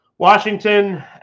Washington